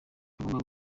bagombye